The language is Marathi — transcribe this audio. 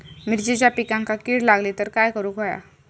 मिरचीच्या पिकांक कीड लागली तर काय करुक होया?